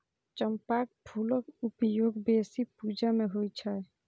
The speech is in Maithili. चंपाक फूलक उपयोग बेसी पूजा मे होइ छै